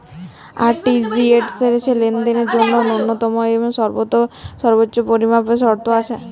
RTGS লেনদেনের জন্য কোন ন্যূনতম বা সর্বোচ্চ পরিমাণ শর্ত আছে?